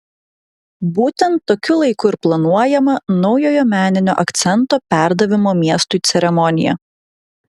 būtent tokiu laiku ir planuojama naujojo meninio akcento perdavimo miestui ceremonija